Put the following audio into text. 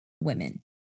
women